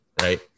right